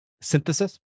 Synthesis